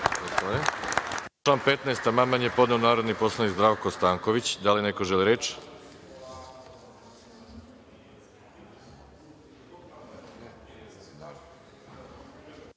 Da li neko želi reč?